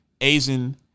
Asian